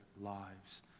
lives